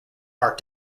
art